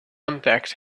impact